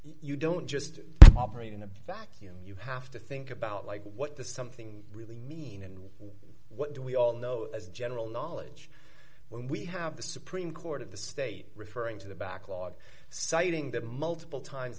you don't just operate in a vacuum you have to think about like what the something really mean and what do we all d know as general knowledge when we have the supreme court of the state referring to the backlog citing that multiple times